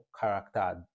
character